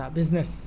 Business